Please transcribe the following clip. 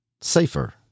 safer